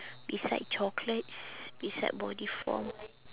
beside chocolates beside body foam